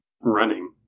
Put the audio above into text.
running